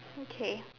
okay